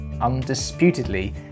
undisputedly